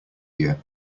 year